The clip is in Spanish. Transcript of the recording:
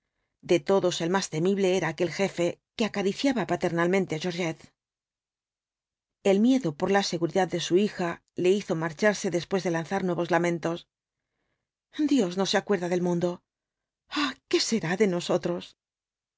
de todos el más temible era aquel jefe que acariciaba paternalmente á georgette el miedo por la seguridad de su hija le hizo marcharse después de lanzar nuevos lamentos dios no se acuerda del mundo ay qué será de nosotros